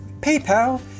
PayPal